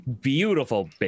beautiful